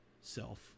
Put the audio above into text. self